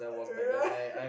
right